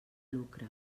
lucre